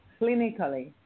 clinically